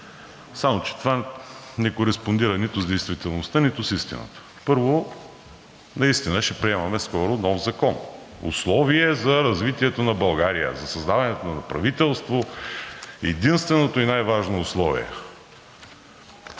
само че това не кореспондира нито с действителността, нито с истината. Първо, наистина ще приемаме скоро нов закон – условие за развитието на България, за създаването на правителство – единственото и най-важно условие.